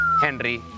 Henry